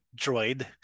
droid